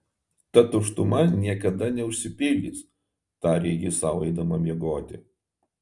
ta tuštuma niekada neužsipildys tarė ji sau eidama miegoti